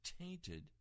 tainted